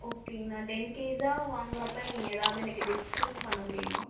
okay நான் ten கேஜாக வாங்கிறப்ப நீங்கள் ஏதாவது எனக்கு டிஸ்கவுண்ட் பண்ண முடியுமா